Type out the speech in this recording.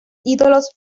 ídolos